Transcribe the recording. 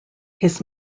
his